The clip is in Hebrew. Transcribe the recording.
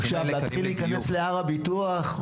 לא,